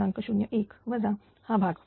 01 वजा हा भाग